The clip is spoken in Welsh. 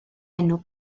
enw